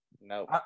no